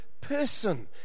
person